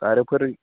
आरो फोरोंगिरि